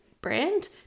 brand